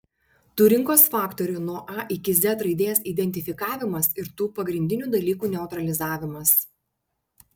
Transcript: tų rinkos faktorių nuo a iki z raidės identifikavimas ir tų pagrindinių dalykų neutralizavimas